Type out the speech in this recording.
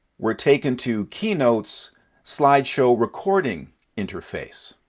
we're taken to keynotes slideshow recording interface.